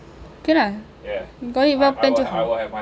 okay lah you got it well planned 就好